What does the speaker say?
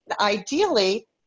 Ideally